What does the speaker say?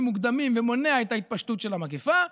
מוקדמים ומונע את ההתפשטות של המגפה,